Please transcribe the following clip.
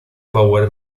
power